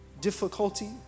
Difficulty